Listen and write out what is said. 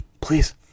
Please